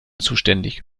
zuständig